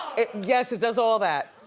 it, yes, it does all that.